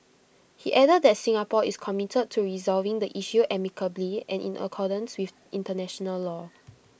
he added that Singapore is committed to resolving the issue amicably and in accordance with International law